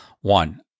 one